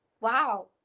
wow